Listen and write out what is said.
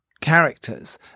characters